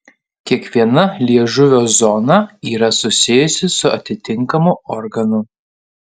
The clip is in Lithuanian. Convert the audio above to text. kiekviena liežuvio zona yra susijusi su atitinkamu organu